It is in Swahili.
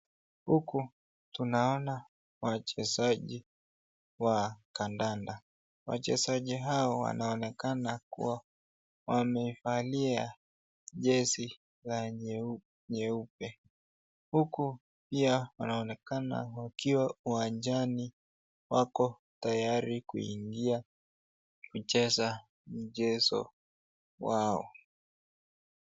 Huku tunaona wachezaji wa kandanda. Wachezaji hawa wanaonekana kuwa wamevalia jezi ya nyeupe uku pia wanaonekana wakiwa uwanjani wako tayari kuingia kucheza mchezo wao.